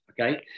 okay